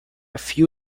few